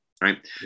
Right